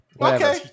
okay